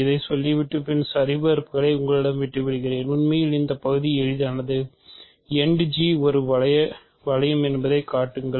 இதை சொல்லிவிட்டு பின் சரிபார்ப்புகளை உங்களிடம் விட்டு விடுகிறேன் உண்மையில் இந்த பகுதி எளிதானது End ஒரு வளையம் என்பதைக் காட்டுங்கள்